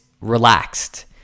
relaxed